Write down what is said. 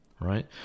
right